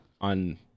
on